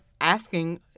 asking